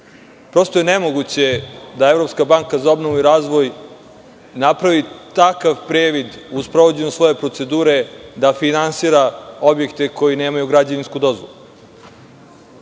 Prosto je nemoguće da Evropska banka za obnovu i razvoj napravi takav privid u sprovođenju svoje procedure da finansira objekte koji nemaju građevinsku dozvolu. Prošle